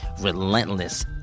relentless